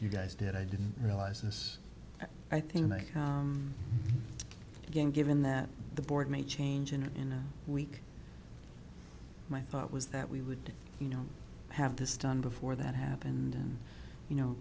you guys did i didn't realize this i think that again given that the board may change and in a week my thought was that we would you know have this done before that happened you know